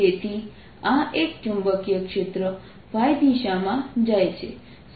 તેથી આ એક ચુંબકીય ક્ષેત્ર દિશામાં જાય છે